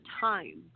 time